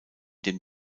dem